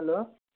hello